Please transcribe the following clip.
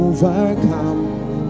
Overcome